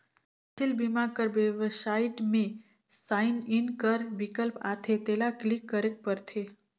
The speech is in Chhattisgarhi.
फसिल बीमा कर बेबसाइट में साइन इन कर बिकल्प आथे तेला क्लिक करेक परथे